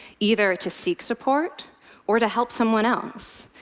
either to seek support or to help someone else,